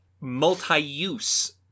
multi-use